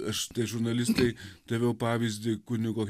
aš žurnalistei daviau pavyzdį kunigo